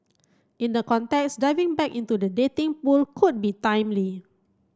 in the context diving back into the dating pool could be timely